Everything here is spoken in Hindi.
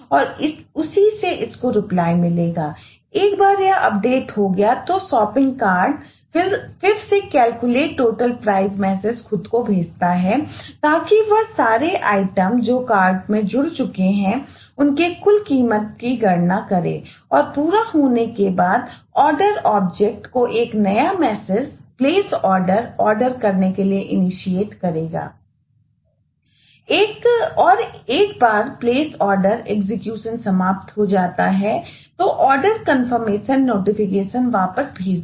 और एक बार प्लेस ऑर्डर में जोड़े जाने के लिए उपस्थित ना हो